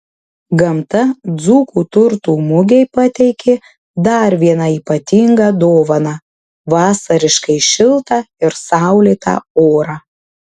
gamta dzūkų turtų mugei pateikė dar vieną ypatingą dovaną vasariškai šiltą ir saulėtą orą